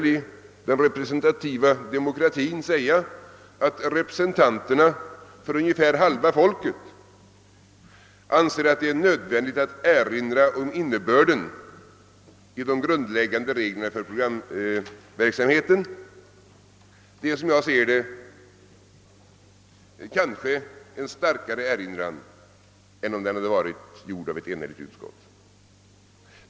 I den representativa demokratin vågar man väl säga att företrädare för ungefär halva folket anser sålunda att det är nödvändigt att erinra om innebörden i de grundläggande reglerna för programverksamheten, och detta är, såsom jag ser det, kanske en starkare erinran än om uttalandet hade gjorts av ett enigt utskott.